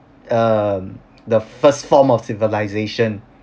um the first form of civilization